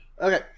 Okay